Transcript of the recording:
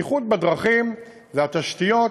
בטיחות בדרכים זה התשתיות,